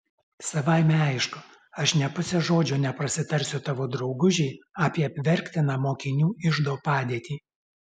savaime aišku aš nė puse žodžio neprasitarsiu tavo draugužei apie apverktiną mokinių iždo padėtį